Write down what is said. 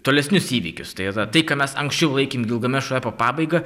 tolesnius įvykius tai yra tai ką mes anksčiau laikėm gilgamešo epo pabaiga